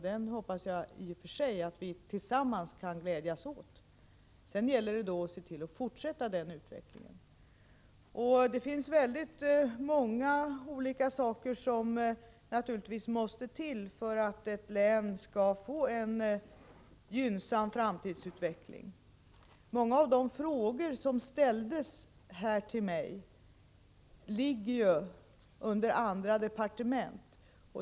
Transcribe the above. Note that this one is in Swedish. Jag hoppas att vi tillsammans kan glädjas åt detta. Sedan gäller det att se till att denna utveckling fortsätter. Det är naturligtvis många olika saker som måste till för att ett län skall få en gynnsam framtidsutveckling. Flera av de frågor som här ställdes till mig ligger utanför mitt ansvarsområde och hör till andra departement.